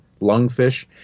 Lungfish